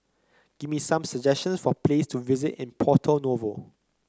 give me some suggestions for places to visit in Porto Novo